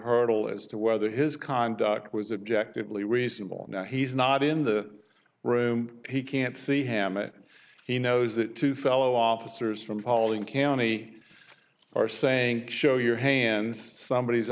hurdle as to whether his conduct was objective lee reasonable now he's not in the room he can't see hammett he knows that too fellow officers from falling county are saying show your hands somebody